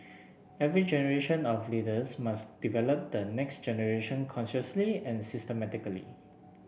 every generation of leaders must develop the next generation consciously and systematically